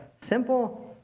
simple